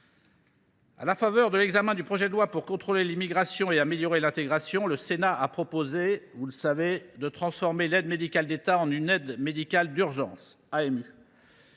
À la faveur de l’examen du projet de loi pour contrôler l’immigration, améliorer l’intégration, le Sénat a proposé de transformer l’aide médicale de l’État en une aide médicale d’urgence (AMU)